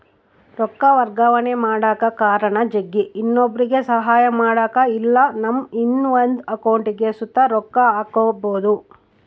ರೊಕ್ಕ ವರ್ಗಾವಣೆ ಮಾಡಕ ಕಾರಣ ಜಗ್ಗಿ, ಇನ್ನೊಬ್ರುಗೆ ಸಹಾಯ ಮಾಡಕ ಇಲ್ಲಾ ನಮ್ಮ ಇನವಂದ್ ಅಕೌಂಟಿಗ್ ಸುತ ರೊಕ್ಕ ಹಾಕ್ಕ್ಯಬೋದು